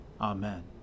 Amen